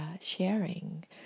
sharing